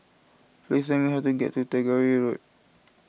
please tell me how to get to Tagore Road